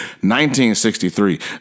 1963